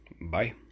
Bye